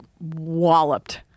walloped